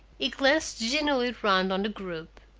he glanced genially round on the group.